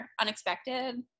unexpected